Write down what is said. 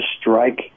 strike